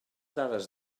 dades